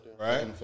right